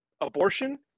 abortion